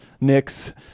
knicks